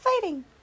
fighting